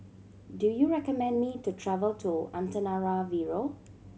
do you recommend me to travel to Antananarivo